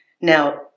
now